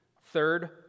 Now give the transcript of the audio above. Third